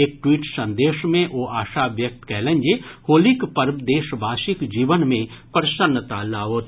एक ट्वीट संदेश मे ओ आशा व्यक्त कयलनि जे होलीक पर्व देशवासीक जीवन मे प्रसन्नता लाओत